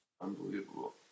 Unbelievable